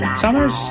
summers